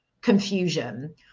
confusion